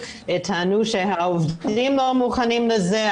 הם טענו שהעובדים לא מוכנים לזה,